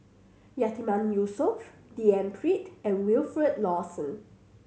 Yatiman Yusof D N Pritt and Wilfed Lawson